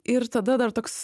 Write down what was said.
ir tada dar toks